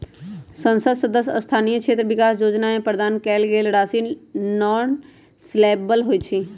संसद सदस्य स्थानीय क्षेत्र विकास जोजना में प्रदान कएल गेल राशि नॉन लैप्सबल होइ छइ